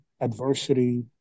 adversity